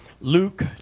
luke